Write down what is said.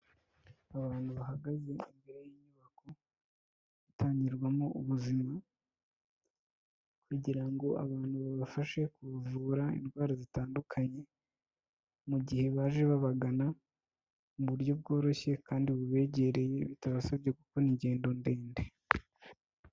Abantu bahagaze imbere y'inyubako itangirwamo ubuzima kugira ngo abantu babafashe kubavura indwara zitandukanye, mu gihe baje babagana mu buryo bworoshye kandi bubegereye bitabasabye gukora ingendo ndende.